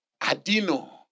Adino